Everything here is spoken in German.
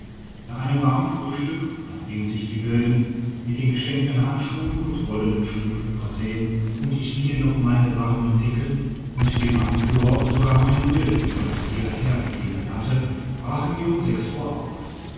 nach einem warmen frühstück und nachdem sich die wilden mit den geschenkten handschuhen und wollenen strümpfen versehen und ich ihnen noch meine warmen decken und dem anführer sogar meinen winterüberzieher hergegeben hatte brachen wir um sechs uhr auf